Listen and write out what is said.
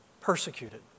persecuted